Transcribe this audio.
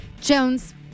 Jones